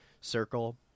circle